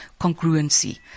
congruency